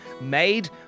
made